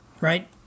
right